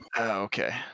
Okay